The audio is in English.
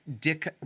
Dick